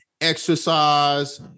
exercise